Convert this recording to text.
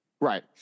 Right